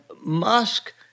Musk